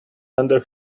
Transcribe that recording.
under